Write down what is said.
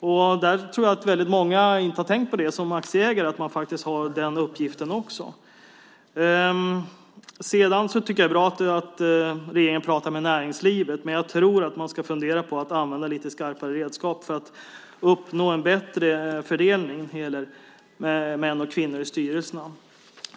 Jag tror att många aktieägare inte har tänkt på att de har den uppgiften också. Jag tycker att det är bra att regeringen pratar med näringslivet, men jag tror att man ska fundera på att använda lite skarpare redskap för att uppnå en bättre fördelning mellan män och kvinnor i styrelserna.